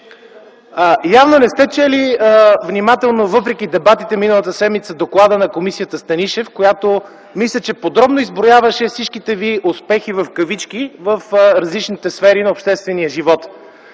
Явно не сте чели внимателно, въпреки дебатите миналата седмица, доклада на Комисията „Станишев”, която мисля, че подробно изброяваше всичките ви успехи в кавички в различните сфери на обществения живот.